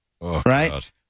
Right